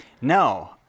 No